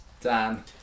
Dan